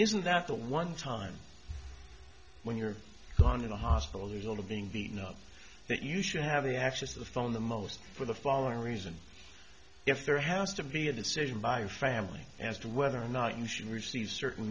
isn't that the one time when you're gone in a hospital to be in the know that you should have the access to the phone the most for the following reason if there has to be a decision by a family as to whether or not you should receive certain